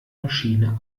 maschine